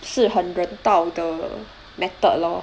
是很人道的 method lor